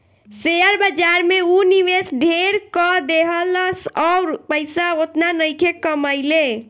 share बाजार में ऊ निवेश ढेर क देहलस अउर पइसा ओतना नइखे कमइले